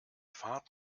fahrt